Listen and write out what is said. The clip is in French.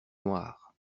noires